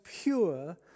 pure